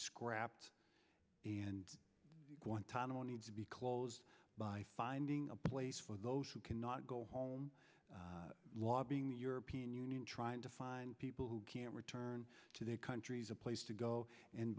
scrapped and guantanamo needs to be closed by finding a place for those who cannot go home lobbying the european union trying to find people who can return to their countries a place to go and